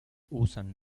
usan